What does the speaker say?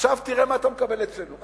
עכשיו תראה מה אתה מקבל אצלנו,